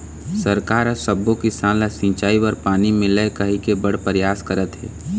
सरकार ह सब्बो किसान ल सिंचई बर पानी मिलय कहिके बड़ परयास करत हे